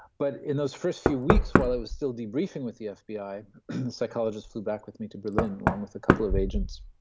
but in those first few weeks while i was still debriefing with the fbi, the psychologist flew back with me to berlin, along with a couple of agents